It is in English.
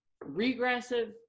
regressive